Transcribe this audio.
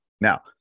Now